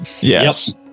Yes